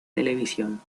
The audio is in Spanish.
televisión